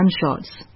gunshots